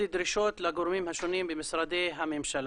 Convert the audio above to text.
דרישות לגורמים השונים במשרדי הממשלה.